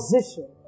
position